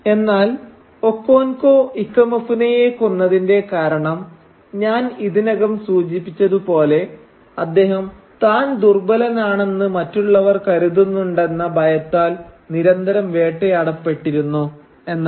എന്നാൽ ഒക്കോൻകോ ഇക്കമെഫുനയെ കൊന്നതിന്റെ കാരണം ഞാൻ ഇതിനകം സൂചിപ്പിച്ചതുപോലെ അദ്ദേഹം താൻ ദുർബലനാണെന്ന് മറ്റുള്ളവർ കരുതുന്നുണ്ടെന്ന ഭയത്താൽ നിരന്തരം വേട്ടയാടപ്പെട്ടിരുന്നു എന്നതാണ്